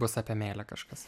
bus apie meilę kažkas